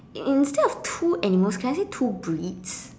instead of two animals can I say two breeds